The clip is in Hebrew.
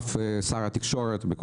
זה לא